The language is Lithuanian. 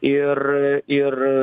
ir ir